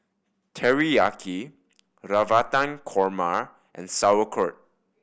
Teriyaki Navratan Korma and Sauerkraut